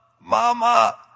Mama